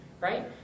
Right